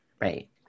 right